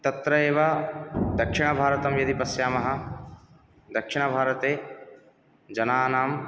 तत्रैव दक्षिण भारतं यदि पश्यामः दक्षिण भारते जनानां